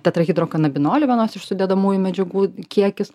tetrahidrokanabinolį vienos iš sudedamųjų medžiagų kiekis